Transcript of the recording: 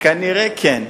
כנראה, כן,